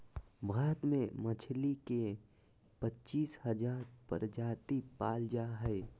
भारत में मछली के पच्चीस हजार प्रजाति पाल जा हइ